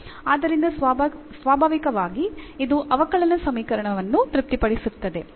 ಆದ್ದರಿಂದ ಸ್ವಾಭಾವಿಕವಾಗಿ ಇದು ಅವಕಲನ ಸಮೀಕರಣವನ್ನು ತೃಪ್ತಿಪಡಿಸುತ್ತಿದೆ